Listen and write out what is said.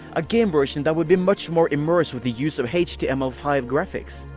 a game version that would be much more immerse with the use of h t m l five graphics.